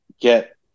get